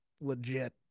legit